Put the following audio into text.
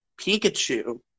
Pikachu